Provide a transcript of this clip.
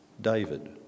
David